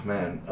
Man